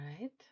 right